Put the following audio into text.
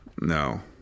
No